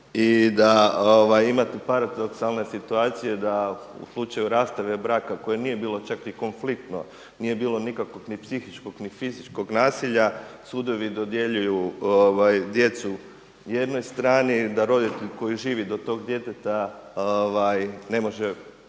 i da imate paradoksalne situacije da u slučaju rastave braka koje nije bilo čak ni konfliktno, nije bilo nikakvog ni psihičkog ni fizičkog nasilja, sudovi dodjeljuju djecu jednoj strani da roditelj koji živi do tog djeteta ne može